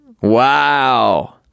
Wow